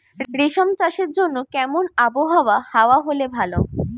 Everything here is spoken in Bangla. রেশম চাষের জন্য কেমন আবহাওয়া হাওয়া হলে ভালো?